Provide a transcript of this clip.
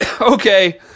okay